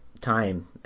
time